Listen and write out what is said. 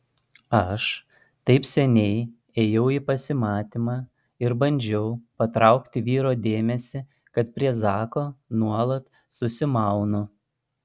aš taip seniai ėjau į pasimatymą ir bandžiau patraukti vyro dėmesį kad prie zako nuolat susimaunu